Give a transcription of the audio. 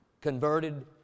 converted